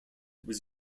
was